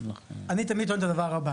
אני תמיד אומר את הדבר הבא